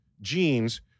genes